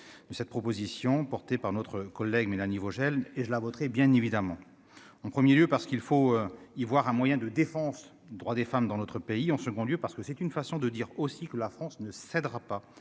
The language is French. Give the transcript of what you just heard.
de cette proposition, portée par notre collègue Mélanie Vogel et je la voterai bien évidemment en 1er lieu parce qu'il faut y voir un moyen de défense des droits des femmes dans notre pays, en second lieu parce que c'est une façon de dire aussi que la France ne cédera pas